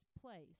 place